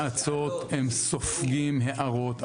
נאצות, הם סופגים הערות.